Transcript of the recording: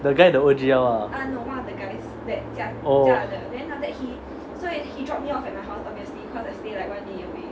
the guy the O_G_L ah oh